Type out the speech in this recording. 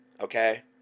okay